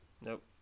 Nope